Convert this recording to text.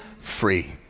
free